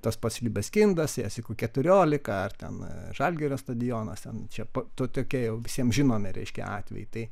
tas pats beskindas siesikų keturiolika ar ten žalgirio stadionas ten čia tokie jau visiems žinomi reiškia atvejai tai